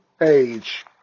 age